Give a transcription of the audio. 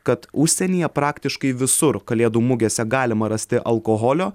kad užsienyje praktiškai visur kalėdų mugėse galima rasti alkoholio